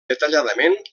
detalladament